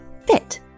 fit